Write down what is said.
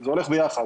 זה הולך ביחד,